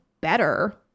better